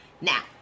now